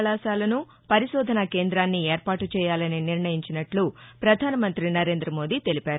కళాశాలను పరిశోధన కేందాన్ని ఏర్పాటు చేయాలని నిర్ణయించినట్లు పధాన మంత్రి నరేం్రద మోదీ తెలిపారు